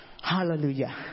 Hallelujah